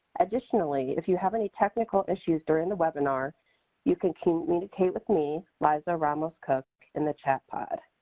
additionally, if you have any technical issues during the webinar you can can communicate with me, liza ramos cook, in the chat pod.